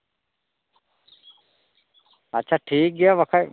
ᱟᱪᱪᱷᱟ ᱴᱷᱤᱠᱜᱮᱭᱟ ᱵᱟᱠᱷᱟᱡ